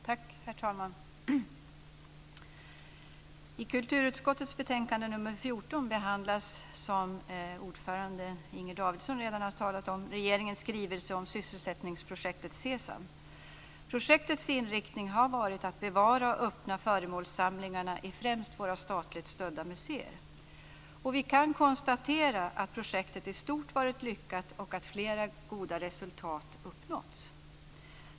Herr talman! I kulturutskottets betänkande 14 behandlas, som utskottets ordförande Inger Davidson redan har talat om, regeringens skrivelse om sysselsättningsprojektet SESAM. Projektets inriktning har varit att bevara och öppna föremålssamlingarna i främst våra statligt stödda museer. Vi kan konstatera att projektet i stort varit lyckat och att flera goda resultat uppnåtts.